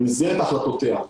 במסגרת החלטותיה,